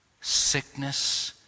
sickness